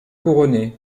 couronné